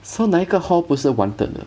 so 哪一个 hall 不是 wanted 的